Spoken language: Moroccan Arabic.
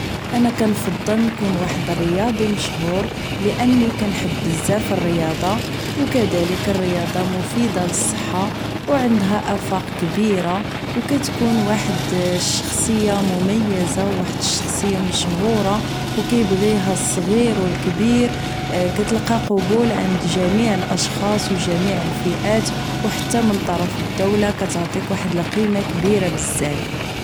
انا كنفضل نكون واحد الرياضي مشهور لاني كنحب بزاف الرياضة و كدالك الرياضة مفيدة للصحة و عندها افاق كبيرة و كتكون واحد الشخصية مميزة واحد الشخصية مشهورة و كيبغيها الصغير و الكبير كتلقا قبول عند جميع الاشخاص و جميع الفئات و حتى من طرف الدولة كتعطيك واحد القيمة كبيرة بزاف